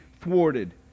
thwarted